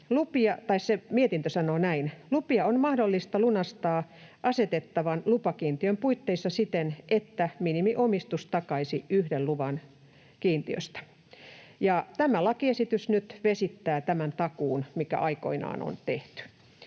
se mietintö sanoo näin: ”Lupia on mahdollista lunastaa asetettavan lupakiintiön puitteissa siten, että minimiomistus takaisi yhden luvan kiintiöstä.” Tämä lakiesitys nyt vesittää tämän takuun, mikä aikoinaan on tehty.